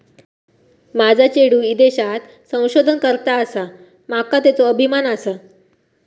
माझा चेडू ईदेशात संशोधन करता आसा, माका त्येचो अभिमान आसा